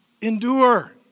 endure